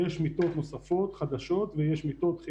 לא מספיק לחזק את בתי החולים,